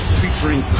featuring